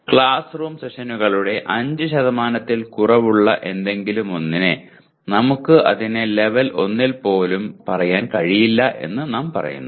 class room സെഷനുകളുടെ 5 ൽ കുറവുള്ള എന്തെങ്കിലും ഒന്നിനെ നമുക്ക് അതിനെ ലെവൽ 1 എന്ന് പോലും പറയാൻ കഴിയില്ലെന്ന് നാം പറയുന്നു